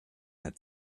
had